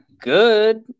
good